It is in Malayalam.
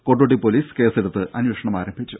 കൊണ്ടോട്ടി പൊലീസ് കേസെടുത്ത് അന്വേഷണം ആരംഭിച്ചു